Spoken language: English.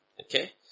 Okay